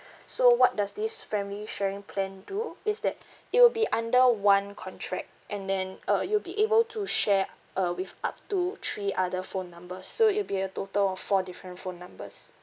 so what does this family sharing plan do is that it will be under one contract and then uh you'll be able to share uh with up to three other phone numbers so it'll be a total of four different phone numbers